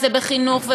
בחינוך,